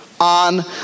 on